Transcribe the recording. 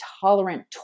tolerant